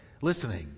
listening